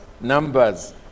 Numbers